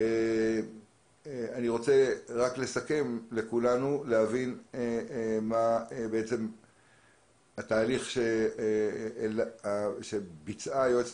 אני רוצה לסכם ולהבין מהו התהליך שביצעה היועצת